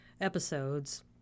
episodes